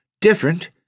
Different